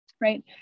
right